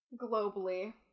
Globally